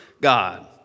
God